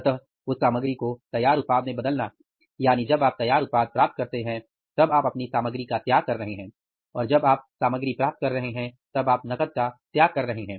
इसलिए उस सामग्री को तैयार उत्पाद में बदलना यानी जब आप तैयार उत्पाद प्राप्त कर रहे हैं तब आप अपनी सामग्री का त्याग कर रहे हैं और जब आप सामग्री प्राप्त कर रहे हैं तब आप नकद का त्याग कर रहे हैं